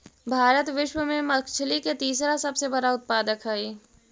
भारत विश्व में मछली के तीसरा सबसे बड़ा उत्पादक हई